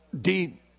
deep